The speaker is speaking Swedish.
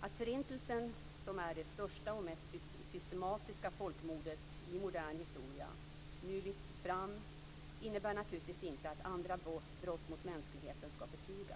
Att Förintelsen, som är det största och mest systematiska folkmordet i modern historia, nu lyfts fram innebär naturligtvis inte att andra brott mot mänskligheten skall förtigas.